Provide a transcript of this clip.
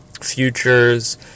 futures